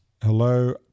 Hello